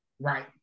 Right